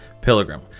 Pilgrim